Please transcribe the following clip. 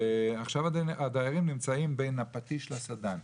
ועכשיו הדיירים נמצאים בין הפטיש לסדן.